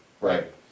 Right